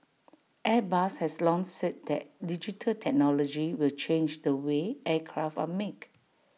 airbus has long said that digital technology will change the way aircraft are make